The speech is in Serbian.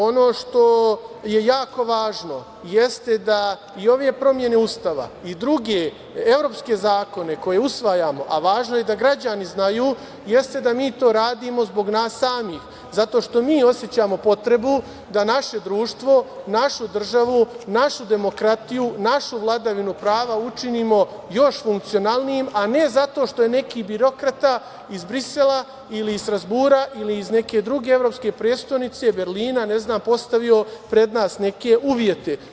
Ono što je jako važno jeste da i ove promene Ustava i druge evropske zakone koje usvajamo, a važno je i da građani znaju jeste da mi to radimo zbog nas samih, zato što mi osećamo potrebu da naše društvo, našu državu, našu demokratiju, našu vladavinu prava učinimo još funkcionalnijom, a ne zato što je neki birokrata iz Brisela, iz Strazbura ili iz neke druge Evropske prestonice, Berlina, ne znam, postavio pred nas neke uvjete.